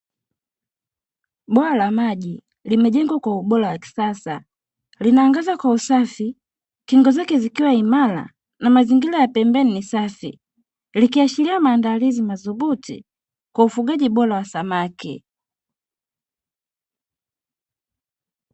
Bwawa la maji limejengwa kwa ubora wa kisasa linaangaza kwa usafi, kingo zake zikiwa imara na mazingira ya pembeni ni safi, likiashiria maandalizi madhubuti kwa ufugaji bora wa samaki.